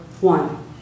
one